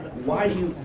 why do you,